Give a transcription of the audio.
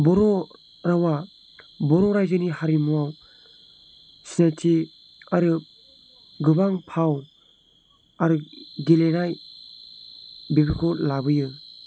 बर' रावा बर' रायजोनि हारिमुआव सिनायथि आरो गोबां फाव आरो गेलेनाय बेफोरखौ लाबोयो